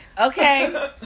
Okay